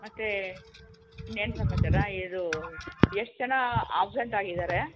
ಮತ್ತೆ ಇನ್ನೇನು ಸಮಾಚಾರ ಇದು ಎಷ್ಟು ಜನ ಆಬ್ಸೆಂಟ್ ಆಗಿದ್ದಾರೆ